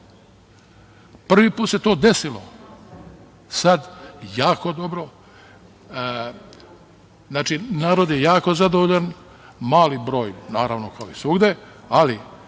Prvi put se to desilo sad. Znači, narod je jako zadovoljan. Mali broj, naravno, kao i svugde, ali